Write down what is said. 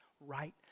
right